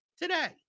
today